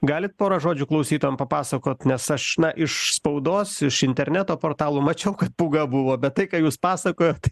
galit porą žodžių klausytojam papasakot nes aš na iš spaudos iš interneto portalų mačiau kad pūga buvo bet tai ką jūs pasakojot